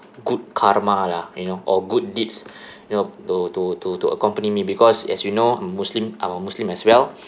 good karma lah you know or good deeds you know to to to to accompany me because as you know muslim I'm a muslim as well